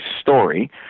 story